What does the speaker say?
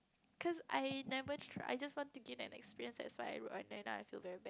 cause I never try I just want to gain an experience that's why then now I feel very bad